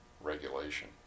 regulation